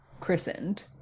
christened